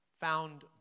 found